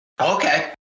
Okay